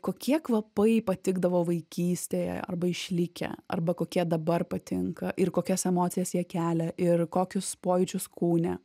kokie kvapai patikdavo vaikystėje arba išlikę arba kokie dabar patinka ir kokias emocijas jie kelia ir kokius pojūčius kūne